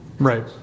Right